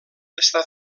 està